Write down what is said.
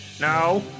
No